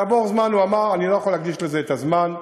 כעבור זמן הוא אמר: אני לא יכול להקדיש לזה את הזמן,